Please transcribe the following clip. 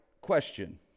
question